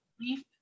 leaf